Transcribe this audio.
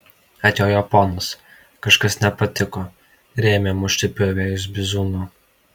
atjojo ponas kažkas nepatiko ir ėmė mušti pjovėjus bizūnu